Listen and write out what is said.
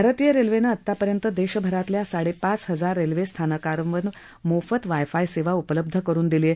भारतीय रेल्वेनं आत्तापर्यंत देशभरातल्या साडेपाच हजार रेल्वेस्थानकांवर मोफत वायफाय सेवा उपलब्ध करून दिली आहे